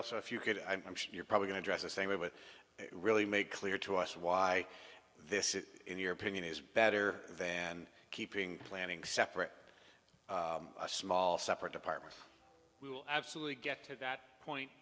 also if you could i'm sure you're probably going to dress the same way with really make clear to us why this is in your opinion is better than keeping planning separate a small separate department we will absolutely get to that point